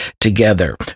together